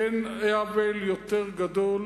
אין עוול יותר גדול